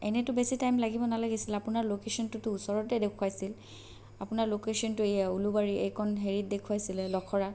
এনেইতো বেছি টাইম লাগিব নালাগিছিল আপোনাৰ লোকেচনটোতো ওচৰতে দেখুৱাইছিল আপোনাৰ লোকেচনতো এইয়া উলুবাৰী এইকণ হেৰিত দেখুৱাইছিলে লখৰা